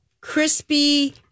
crispy